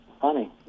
funny